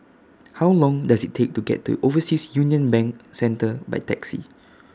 How Long Does IT Take to get to Overseas Union Bank Centre By Taxi